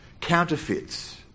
counterfeits